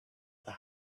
the